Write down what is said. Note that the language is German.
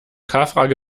frage